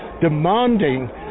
demanding